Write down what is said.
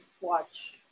watch